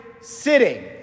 sitting